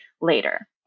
later